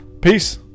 peace